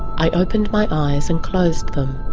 i opened my eyes and closed them.